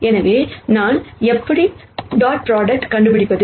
எனவே நான் எப்படி டாட் ப்ராடக்ட் கண்டுபிடிப்பது